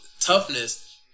toughness